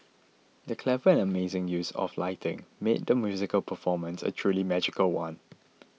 the clever and amazing use of lighting made the musical performance a truly magical one